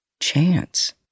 chance